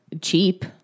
cheap